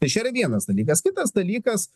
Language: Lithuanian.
tai čia yra vienas dalykas kitas dalykas